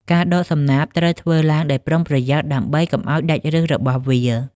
ការដកសំណាបត្រូវធ្វើឡើងដោយប្រុងប្រយ័ត្នដើម្បីកុំឱ្យដាច់ឫសរបស់វា។